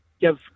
give